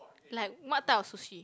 like what type of sushi